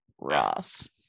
ross